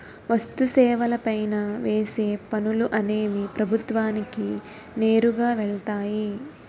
వస్తు సేవల పైన వేసే పనులు అనేవి ప్రభుత్వానికి నేరుగా వెళ్తాయి